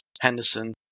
Henderson